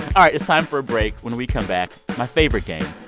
um it's time for a break when we come back, my favorite game,